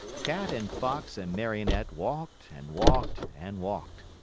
cat and fox and marionette walked and walked and walked.